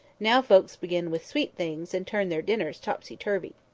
now folks begin with sweet things, and turn their dinners topsy-turvy.